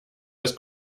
das